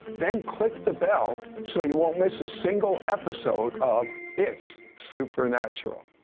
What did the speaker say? then click the bell so you won't miss a single episode of it's supernatural!